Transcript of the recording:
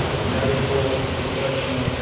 a medical professional,